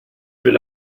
will